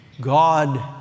God